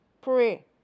pray